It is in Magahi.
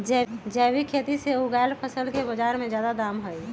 जैविक खेती से उगायल फसल के बाजार में जादे दाम हई